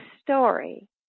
story